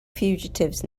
fugitives